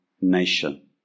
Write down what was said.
nation